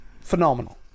phenomenal